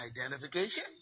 identification